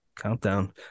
countdown